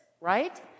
right